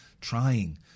trying